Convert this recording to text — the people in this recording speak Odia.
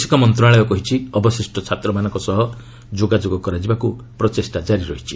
ବୈଦେଶିକ ମନ୍ତ୍ରଣାଳୟ କହିଛି ଅବଶିଷ୍ଟ ଛାତ୍ରମାନଙ୍କ ସହ ଯୋଗାଯୋଗ କରାଯିବାକୁ ପ୍ରଚେଷ୍ଟା କାରି ରହିଛି